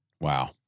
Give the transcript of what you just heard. Wow